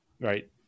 right